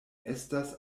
estas